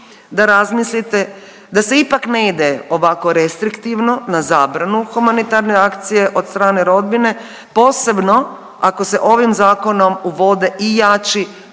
da razmislite da se ipak ne ide ovako restriktivno na zabranu humanitarne akcije od strane rodbine posebno ako se ovim zakonom uvode i jači